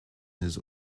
his